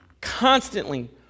constantly